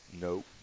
Nope